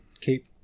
keep